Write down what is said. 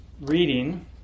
reading